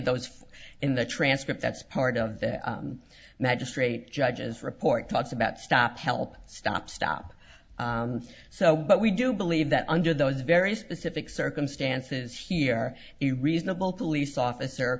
those in the transcript that's part of the magistrate judges report talks about stop help stop stop so but we do believe that under those very specific circumstances here the reasonable police officer